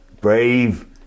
brave